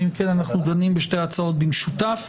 אם כן אנחנו דנים בשתי ההצעות במשותף.